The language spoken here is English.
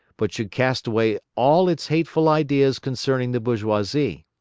but should cast away all its hateful ideas concerning the bourgeoisie.